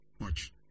Watch